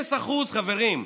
0%, חברים.